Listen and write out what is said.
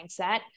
mindset